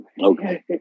okay